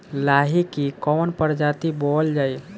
लाही की कवन प्रजाति बोअल जाई?